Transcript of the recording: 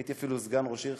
הייתי אפילו סגן ראש עיר,